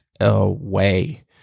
away